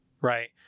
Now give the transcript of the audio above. Right